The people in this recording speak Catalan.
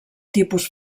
tipus